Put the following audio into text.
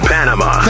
Panama